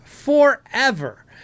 forever